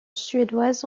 suédoise